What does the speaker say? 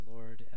Lord